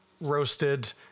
Roasted